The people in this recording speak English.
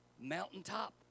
Mountaintop